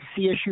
CSU